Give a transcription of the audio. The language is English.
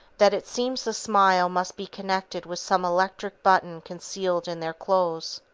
that it seems the smile must be connected with some electric button concealed in their clothes.